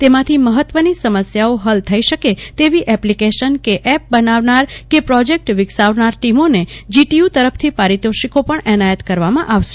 તેમાંથી મહત્ત્વની સમસ્યાઓ હલ થઈ શકે એવી એપ્લિકેશન કે એપ બનાવનાર કે પ્રોજેક્ટ વિકસાવનાર ટીમોને જીટીયુ તરફથી પારિતોષિકો પણ એનાયત કરવામાં આવશે